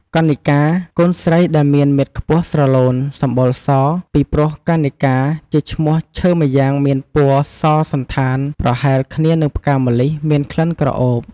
កណិការ កូនស្រីដែលមានមាឌខ្ពស់ស្រឡូន សម្បុរស ពីព្រោះកណិការ ជាឈ្មោះឈើម្យ៉ាងមានពណ៌សសណ្ឋានប្រហែលគ្នានឹងផ្កាម្លិះមានក្លិនក្រអូប។